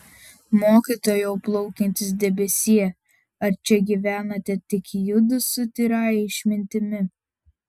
mokytojau plaukiantis debesie ar čia gyvenate tik judu su tyrąja išmintimi